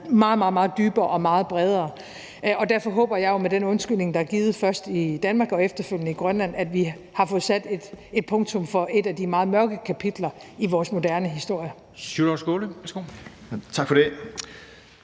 meget dybere og meget bredere. Og derfor håber jeg jo med den undskyldning, der er givet først i Danmark og efterfølgende i Grønland, at vi har fået sat et punktum for et af de meget mørke kapitler i vores moderne historie.